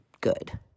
good